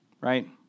right